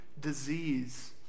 disease